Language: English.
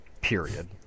Period